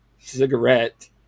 cigarette